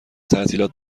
تعطیلات